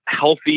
healthy